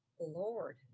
Lord